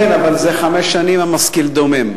כן, אבל זה חמש שנים שהמשכיל דומם.